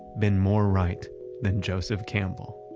been more right than joseph campbell?